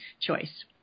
choice